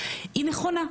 היא נכונה.